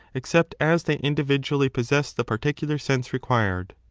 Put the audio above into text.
except as they individually possess the particular sense required.